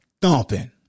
thumping